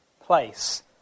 place